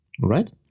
right